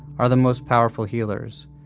are the most powerful healers,